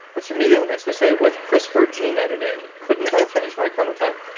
which immediately makes me say, with crispr gene editing, couldn't i change my chronotype?